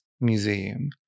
museum